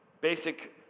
basic